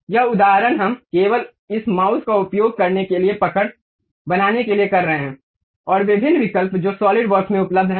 यह उदाहरण हम केवल इस माउस का उपयोग करने के लिए पकड़ बनाने के लिए कर रहे हैं और विभिन्न विकल्प जो सॉलिडवर्क्स में उपलब्ध हैं